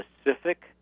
specific